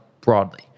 broadly